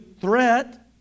threat